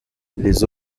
les